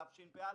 תשפ"א,